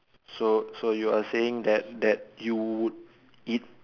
so so you're saying that that you would eat